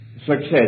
success